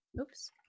Oops